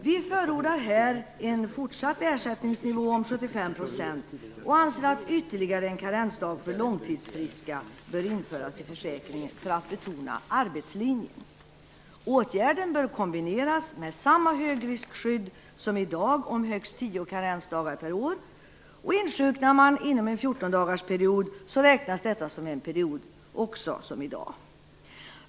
Vi förordar här en fortsatt ersättningsnivå om 75 % och anser att ytterligare en karensdag för långtidsfriska bör införas i försäkringen för att betona arbetslinjen. Åtgärden bör kombineras med samma högriskskydd som i dag om högst tio karensdagar per år. Insjuknar man inom en fjortondagarsperiod räknas detta som en period liksom i dag.